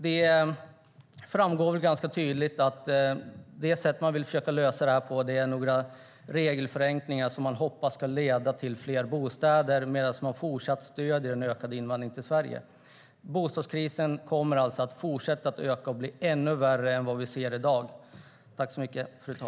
Det framgår ganska tydligt att sättet man vill försöka lösa problemet på är genom några regelförenklingar som man hoppas ska leda till fler bostäder samtidigt som man fortsatt stöder en ökad invandring till Sverige. Bostadsbristen kommer alltså att fortsätta att öka och bli ännu värre än i dag.